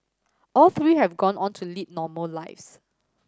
all three have gone on to lead normal lives